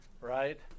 Right